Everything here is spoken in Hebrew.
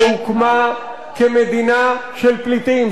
שהוקמה כמדינה של פליטים.